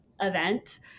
event